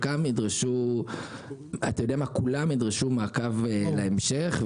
וכולן ידרשו מעקב להמשך,